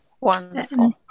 Wonderful